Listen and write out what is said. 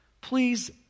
please